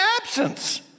absence